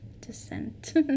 descent